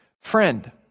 Friend